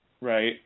Right